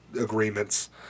agreements